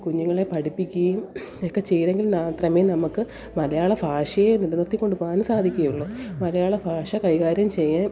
കുഞ്ഞുങ്ങളെ പഠിപ്പിക്കയും ഒക്കെ ചെയ്തെങ്കിൽ മാത്രമേ നമുക്ക് മലയാള ഭാഷയെ നിലനിർത്തിക്കൊണ്ട് പോകാൻ സാധിക്കയുള്ളു മലയാള ഭാഷ കൈകാര്യം ചെയ്യാൻ